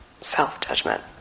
Self-judgment